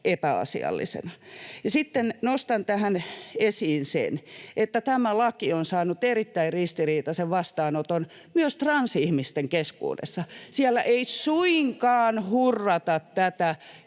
epäasiallisena. Sitten nostan tähän esiin sen, että tämä laki on saanut erittäin ristiriitaisen vastaanoton myös transihmisten keskuudessa.